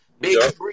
Big